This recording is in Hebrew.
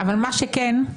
מה שכן,